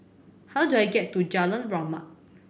how do I get to Jalan Rahmat